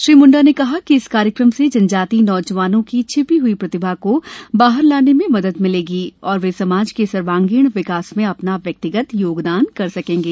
श्री मंडा ने कहा कि इस कार्यक्रम से जनजातीय नौजवानों की छिपी हई प्रतिभा को बाहर लाने में मदद मिलेगी और वे समाज के सर्वागीण विकास में अपना व्यक्तिगत योगदान कर सकेंगे